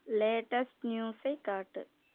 latest நியூஸை காட்டு